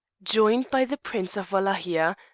joined by the prince of walachia,